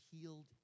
healed